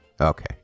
Okay